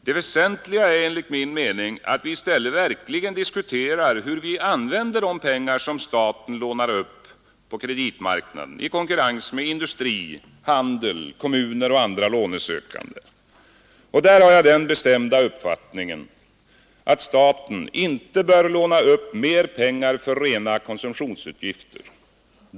Det väsentliga är enligt min mening att vi i stället verkligen diskuterar hur vi använder de pengar som staten lånar upp på kreditmarknaden i konkurrens med industri, handel, kommuner och andra lånesökande. Där har jag den bestämda uppfattningen att staten inte bör låna upp mer pengar för rena konsumtionsutgifter.